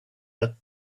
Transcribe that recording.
that